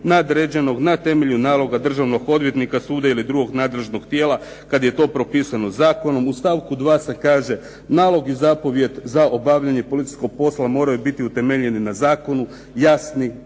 nadređenog, na temelju naloga državnog odvjetnika, suda ili drugog nadležnog tijela kad je to propisano zakonom. U stavku 2. se kaže, nalog i zapovijed za obavljanje policijskog posla moraju biti utemeljeni na zakonu, jasni,